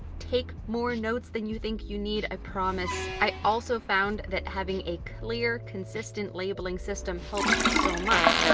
take more notes than you think you need. i promise. i also found that having a clear, consistent labeling system helped so much.